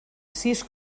sis